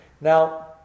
now